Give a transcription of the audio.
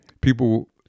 people